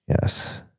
Yes